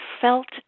felt